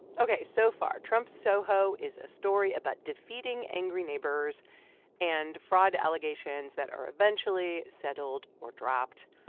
ok. so far, trump soho is a story about defeating angry neighbors and fraud allegations that are eventually settled or dropped.